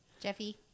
Jeffy